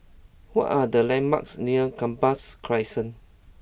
what are the landmarks near Gambas Crescent